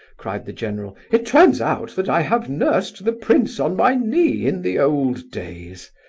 cried the general, it turns out that i have nursed the prince on my knee in the old days.